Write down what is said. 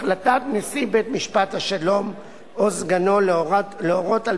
החלטת נשיא בית-משפט השלום או סגנו להורות על